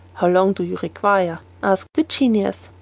how long do you require? asked the genius.